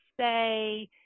say